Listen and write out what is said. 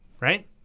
right